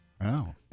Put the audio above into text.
Wow